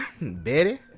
Betty